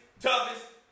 toughest